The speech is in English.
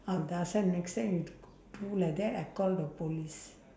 I ask them next time you throw like that I call the police